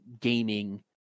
gaming